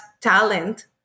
talent